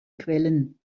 quellen